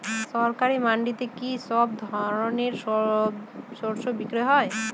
সরকারি মান্ডিতে কি সব ধরনের শস্য বিক্রি হয়?